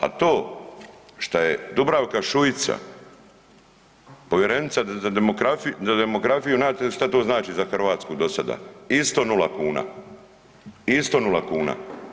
A to što je Dubravka Šuica povjerenica za demografiju, znate li šta to znači za Hrvatsku dosada, isto nula kuna, isto nula kuna.